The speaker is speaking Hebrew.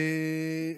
וכן,